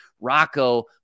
Rocco